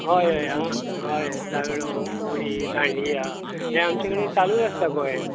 हय हयय धालो फुगडी दांडिया हे आमचे कडेन चालूच आसता गोंयांत